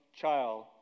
child